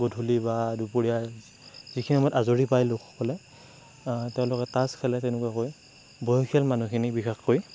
গধূলি বা দুপৰীয়া যিখিনি সময়ত আজৰি পায় লোকসকলে তেওঁলোকে তাছ খেলে তেনেকুৱাকৈ বয়সীয়াল মানুহখিনি বিশেষকৈ